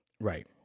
Right